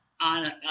on